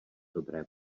dobré